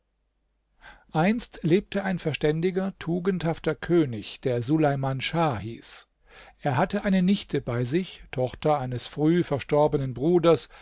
einst lebte ein verständiger tugendhafter könig der suleiman schah hieß er hatte eine nichte bei sich tochter eines früh verstorbenen bruders